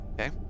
Okay